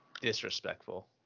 Disrespectful